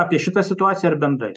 apie šitą situaciją ar bendrai